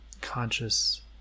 conscious